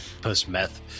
Post-meth